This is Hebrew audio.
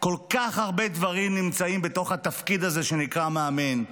כל כך הרבה דברים נמצאים בתפקיד הזה שנקרא מאמן,